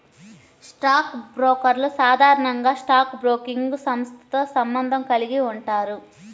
stock బ్రోకర్లు సాధారణంగా stock broking సంస్థతో సంబంధం కలిగి ఉంటారు